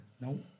no